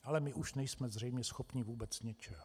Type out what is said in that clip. Ale my už nejsme zřejmě schopni vůbec ničeho.